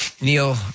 Neil